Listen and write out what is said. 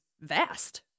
vast